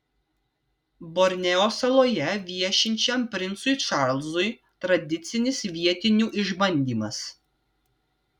borneo saloje viešinčiam princui čarlzui tradicinis vietinių išbandymas